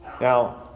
Now